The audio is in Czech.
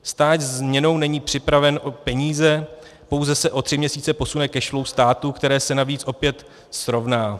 Stát změnou není připraven o peníze, pouze se o tři měsíce posune cashflow státu, které se navíc opět srovná.